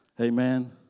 Amen